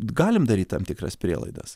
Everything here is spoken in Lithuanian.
galim daryt tam tikras prielaidas